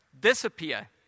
disappear